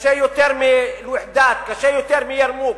קשה יותר מבאלוחדאת, קשה יותר מבירמוק,